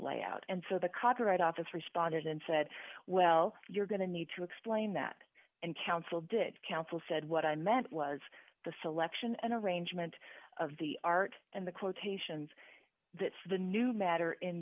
layout and so the copyright office responded and said well you're going to need to explain that and council did council said what i meant was the selection and arrangement of the art and the quotations that's the new matter in